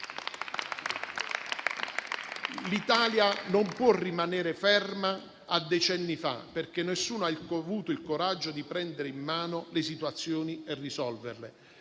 L'Italia non può rimanere ferma a decenni fa perché nessuno ha avuto il coraggio di prendere in mano le situazioni e risolverle.